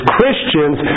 Christians